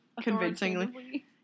convincingly